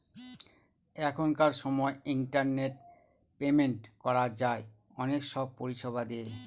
এখনকার সময় internet payment করা যায় অনেক সব পরিষেবা দিয়ে